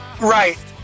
Right